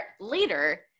later